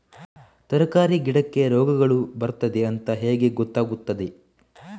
ತರಕಾರಿ ಗಿಡಕ್ಕೆ ರೋಗಗಳು ಬರ್ತದೆ ಅಂತ ಹೇಗೆ ಗೊತ್ತಾಗುತ್ತದೆ?